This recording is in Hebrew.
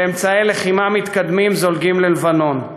ואמצעי לחימה מתקדמים זולגים ללבנון.